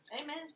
amen